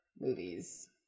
movies